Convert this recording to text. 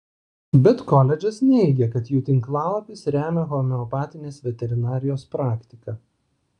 bet koledžas neigia kad jų tinklalapis remia homeopatinės veterinarijos praktiką